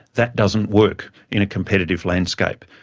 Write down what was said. that doesn't work in a competitive landscape.